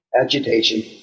agitation